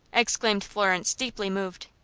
exclaimed florence, deeply moved.